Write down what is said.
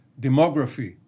demography